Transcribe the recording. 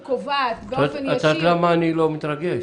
קובעת באופן ישיר --- את יודעת למה אני לא מתרגש?